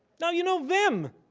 now you know vim!